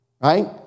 right